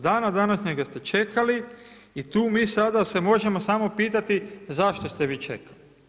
Do dana današnjega ste čekali i tu mi sada se možemo samo pitati zašto ste vi čekali?